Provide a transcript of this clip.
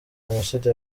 jenoside